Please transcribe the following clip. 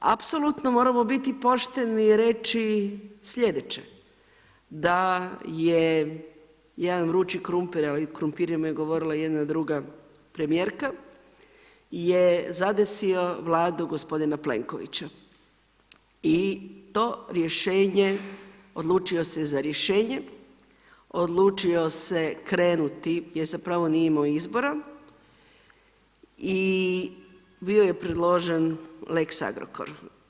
Apsolutno moramo biti pošteni i reći sljedeće da je jedan vrući krumpir, a o krumpirima je govorila jedna druga premijerka je zadesio vladu gospodina Plenkovića i to rješenje odlučio se za rješenje, odlučio se krenuti jer zapravo nije imao izbora i bio je predložen lex Agrokor.